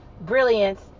brilliance